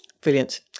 brilliant